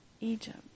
Egypt